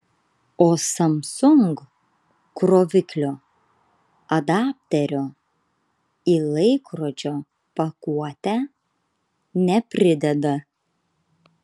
o samsung kroviklio adapterio į laikrodžio pakuotę neprideda